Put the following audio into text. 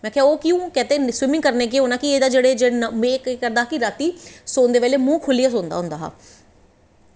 में आक्खेआ ओह् क्यों आक्खदे की स्विमिंग करने कन्नै जेह्ड़ा एह् कदा की जेह्ड़ा रातीं सोंदे बेल्लै मूंह् खोल्लियै सोंदा होंदा